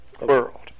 world